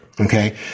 Okay